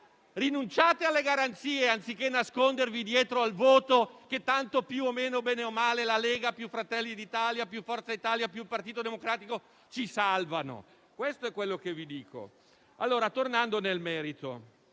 rinunciate alle garanzie, anziché nascondervi dietro al voto, che tanto più o meno, bene o male, la Lega, più Fratelli d'Italia, più Forza Italia, più Partito Democratico ci salvano. Questo vi dico.